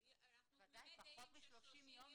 כי אנחנו תמימי דעים ש-30 יום